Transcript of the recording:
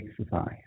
exercise